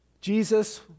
Jesus